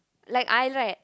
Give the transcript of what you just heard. like I right